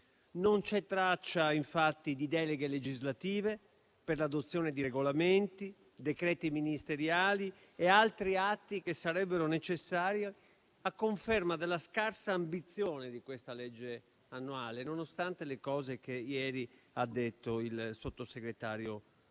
Non c'è traccia di deleghe legislative per l'adozione di regolamenti, decreti ministeriali e altri atti che sarebbero necessari, a conferma della scarsa ambizione di questa legge annuale, nonostante le cose che ieri ha detto il sottosegretario